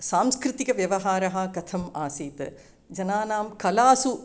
सांस्कृतिकव्यवहारः कथम् आसीत् जनानां कलासु